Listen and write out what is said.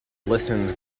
listens